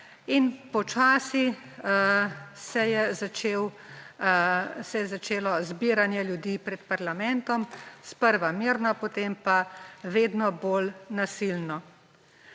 Počasi se je začelo zbiranje ljudi pred parlamentom, sprva mirno, potem pa vedno bolj nasilno.